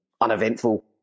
uneventful